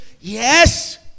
Yes